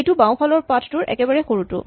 এইটো বাওঁফালৰ পাথ টোৰ একেবাৰে সৰুটো